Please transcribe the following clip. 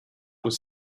was